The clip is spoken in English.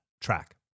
track